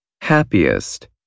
Happiest